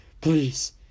Please